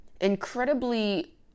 incredibly